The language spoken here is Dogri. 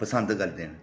पसंद करदे न